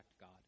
God